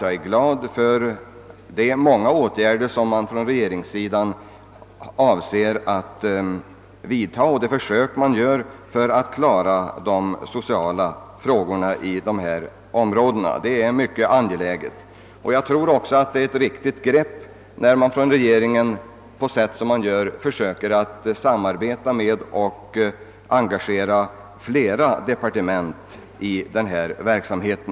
Jag är glad över de åtgärder som regeringen avser att vidta och de försök den gör för att klara de sociala problemen i dessa områden. Detta är en mycket angelägen sak. Jag tror också att det är ett riktigt grepp när regeringen försöker engagera flera departement i denna verksamhet.